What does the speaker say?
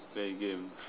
play games